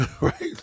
Right